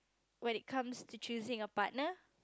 when it comes to choosing a partner